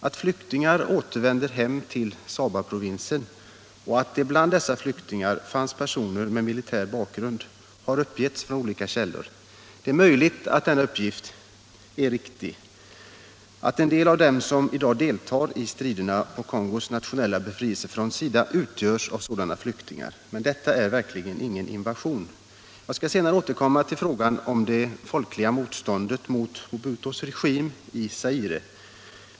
Att flyktingar återvänt hem till Shabaprovinsen, och att det bland dessa flyktingar fanns personer med militär bakgrund, har uppgetts från olika källor. Det är möjligt att den uppgiften är riktig, att en del av dem som deltar i striderna på Kongos nationella befrielsefronts sida utgörs av sådana flyktingar, men detta är verkligen ingen invasion. Jag skall senare återkomma till frågan om det folkliga motståndet mot Mobutus regim i Zaire.